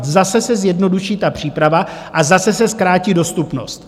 Zase se zjednoduší příprava a zase se zkrátí dostupnost.